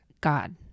God